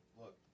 look